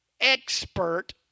expert